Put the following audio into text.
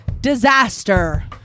Disaster